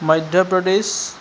Madhya Pradesh